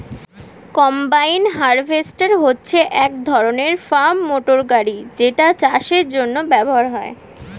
combine harvester হচ্ছে এক ধরণের ফার্ম মোটর গাড়ি যেটা চাষের জন্য ব্যবহার হয়